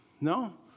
No